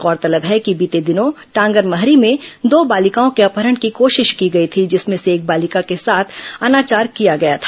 गौरतलब है कि बीते दिनों टांगरमहरी में दो बालिकाओं के अपहरण की कोशिश की गई थी जिसमें से एक बालिका के साथ अनाचार किया गया था